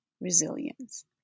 resilience